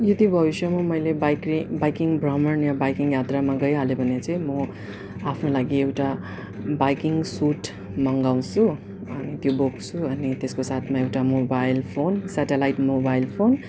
यदि भविष्ष्यमा मैले बाइकले बाइकिङ भ्रमण या बाइकिङ यात्रामा गइहालेँ भने चाहिँ मो आफ्नो लागि एउटा बाइकिङ सुट मङ्गाउसु अन् त्यो बोक्सु अनि त्यसको साथमा एउटा mobile phone satellite mobile phone